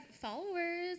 followers